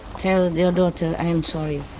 tell their daughter, i am sorry.